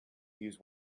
use